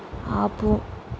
ఆపు